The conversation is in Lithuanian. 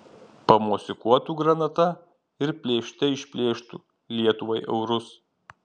pamosikuotų granata ir plėšte išplėštų lietuvai eurus